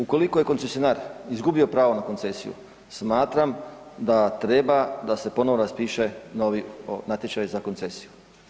Ukoliko je koncesionar izgubio pravo na koncesiju, smatram da treba da se ponovo raspiše novi natječaj za koncesiju.